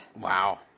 Wow